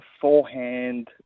forehand